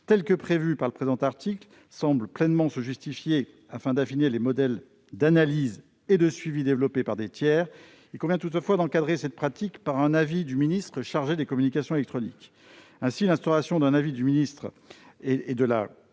sont prévues à l'article 5 , semble pleinement justifiée pour affiner les modèles d'analyse et de suivi développés par des tiers, il convient toutefois d'encadrer cette pratique par un avis du ministre chargé des communications électroniques. Ainsi, l'instauration d'un avis du ministre et de la